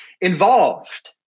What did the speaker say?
involved